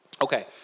Okay